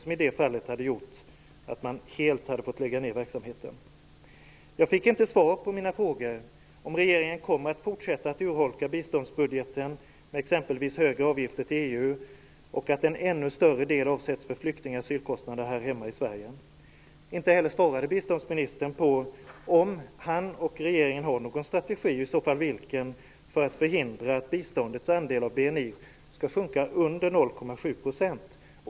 I det här fallet hade den gjort att man helt fått lägga ned verksamheten. Jag fick inte svar på mina frågor om huruvida regeringen kommer att fortsätta att urholka biståndsbudgeten med exempelvis högre avgifter till EU eller att en ännu större del avsätts för flykting och asylkostnader här hemma i Sverige. Inte heller svarade biståndsministern på om han och regeringen har någon strategi, och i så fall vilken, för att förhindra att biståndets andel av BNI sjunker under 0,7 %.